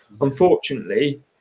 unfortunately